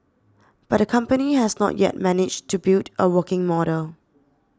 but the company has not yet managed to build a working model